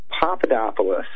Papadopoulos